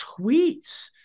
tweets